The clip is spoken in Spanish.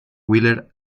wheeler